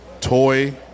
toy